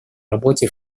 работе